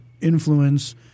influence